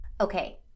Okay